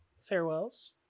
farewells